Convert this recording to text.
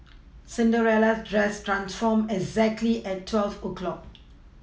Cinderella's dress transformed exactly at twelve o' clock